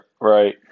Right